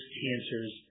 cancers